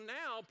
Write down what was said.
now